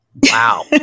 Wow